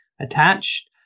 attached